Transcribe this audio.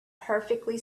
perfectly